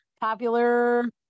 popular